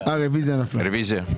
הצבעה הרוויזיה נדחתה הרוויזיה נפלה.